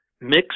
mix